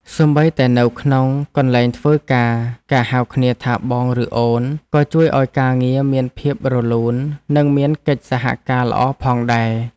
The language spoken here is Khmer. សូម្បីតែនៅក្នុងកន្លែងធ្វើការការហៅគ្នាថាបងឬអូនក៏ជួយឱ្យការងារមានភាពរលូននិងមានកិច្ចសហការល្អផងដែរ។